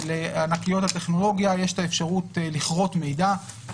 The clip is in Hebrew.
שלענקיות הטכנולוגיה יש את האפשרות לכרות מידע,